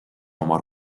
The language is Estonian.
oma